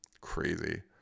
crazy